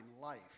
life